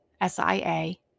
S-I-A